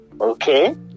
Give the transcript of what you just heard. Okay